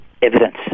Evidence